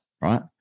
right